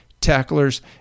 tacklers